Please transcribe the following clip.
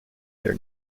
their